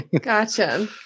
gotcha